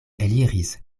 eliris